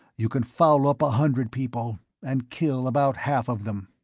you can foul up a hundred people and kill about half of them.